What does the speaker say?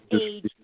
age